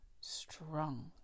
strong